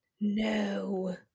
no